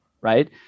Right